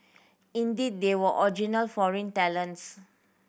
indeed they were original foreign talents